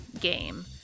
game